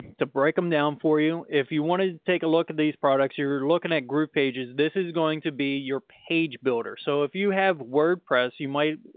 to break them down for you. if you want to take a look at these products, you're looking at groovepages, this is going to be your page builder. so if you have wordpress, you might,